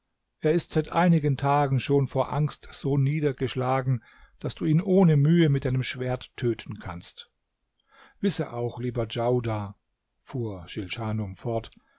er ist seit einigen tagen schon vor angst so niedergeschlagen daß du ihn ohne mühe mit deinem schwert töten kannst wisse auch lieber djaudar fuhr schilschanum fort